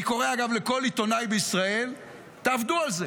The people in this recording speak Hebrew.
אני קורא, אגב, לכל עיתונאי בישראל: תעבדו על זה,